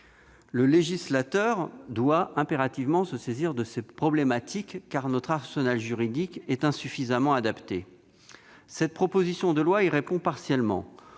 Le législateur doit impérativement se saisir de ces problématiques, car notre arsenal juridique y est insuffisamment adapté. La présente proposition de loi répond partiellement